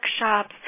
workshops